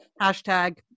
Hashtag